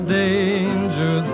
danger